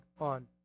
on